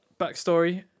backstory